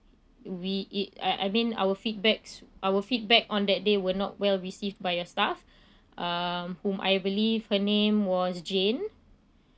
we eat I I mean our feedbacks our feedback on that they were not well received by your staff uh whom I believe her name was jane